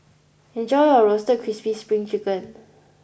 enjoy your Roasted Crispy Spring Chicken